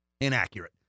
inaccurate